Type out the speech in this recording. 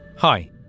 Hi